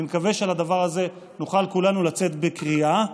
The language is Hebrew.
אני מקווה שעל הדבר הזה נוכל כולנו לצאת בקריאה: